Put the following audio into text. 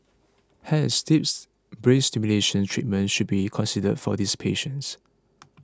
hence deep brain stimulation treatment should be considered for these patients